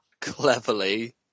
Cleverly